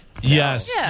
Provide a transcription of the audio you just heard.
Yes